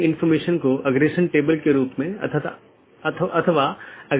एक अन्य अवधारणा है जिसे BGP कंफेडेरशन कहा जाता है